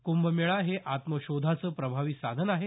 कूंभमेळा हे आत्मशोधाचं प्रभावी साधन आहे